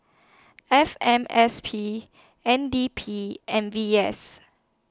F M S P N D P and V S